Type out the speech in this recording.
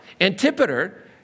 Antipater